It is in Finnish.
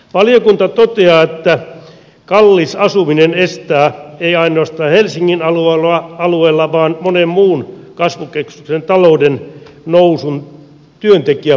valiokunta toteaa että kallis asuminen estää ei ainoastaan helsingin alueen vaan monen muun kasvukeskuksen talouden nousun työntekijäpulan vuoksi